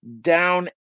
down